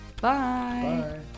Bye